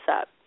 up